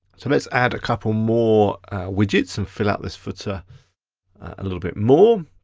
so let's add a couple more widgets and fill out this footer a little bit more.